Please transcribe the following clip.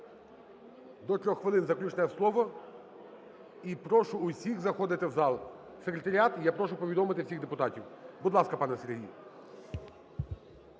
До 3 хвилин заключне слово. І прошу всіх заходити в зал. Секретаріат, я прошу повідомити всіх депутатів. Будь ласка, пане Сергію.